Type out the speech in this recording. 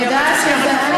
אז תאמצי את החוק, חוק.